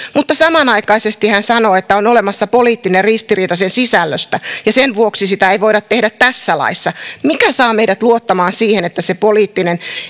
mutta samanaikaisesti hän sanoo että on olemassa poliittinen ristiriita sen sisällöstä ja sen vuoksi sitä ei voida tehdä tässä laissa mikä saa meidät luottamaan siihen että se poliittinen